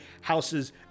houses